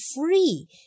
free